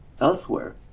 elsewhere